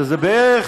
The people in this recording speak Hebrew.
שזה בערך,